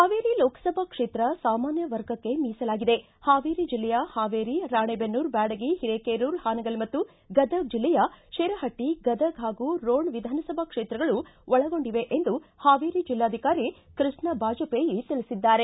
ಹಾವೇರಿ ಲೋಕಸಭಾ ಕ್ಷೇತ್ರ ಸಾಮಾನ್ಯ ವರ್ಗಕ್ಕೆ ಮೀಸಲಾಗಿದೆ ಹಾವೇರಿ ಜಿಲ್ಲೆಯ ಹಾವೇರಿ ರಾಣೇಬೆನ್ನೂರು ಬ್ಯಾಡಗಿ ಹಿರೇಕೆರೂರು ಹಾನಗಲ್ ಹಾಗೂ ಗದಗ ಜಿಲ್ಲೆಯ ಶಿರಹಟ್ಟಿ ಗದಗ ಹಾಗೂ ರೋಣ ವಿಧಾನಸಭಾ ಕ್ಷೇತ್ರಗಳು ಒಳಗೊಂಡಿದೆ ಎಂದು ಹಾವೇರಿ ಜಿಲ್ಲಾಧಿಕಾರಿ ಕೃಷ್ಣ ಬಾಜಪೇಯಿ ತಿಳಿಸಿದ್ದಾರೆ